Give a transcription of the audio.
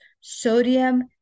sodium